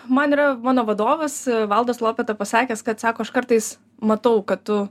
man yra mano vadovas valdas lopeta pasakęs kad sako aš kartais matau kad tu